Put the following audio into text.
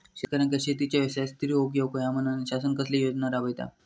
शेतकऱ्यांका शेतीच्या व्यवसायात स्थिर होवुक येऊक होया म्हणान शासन कसले योजना राबयता?